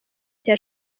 cya